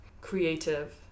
creative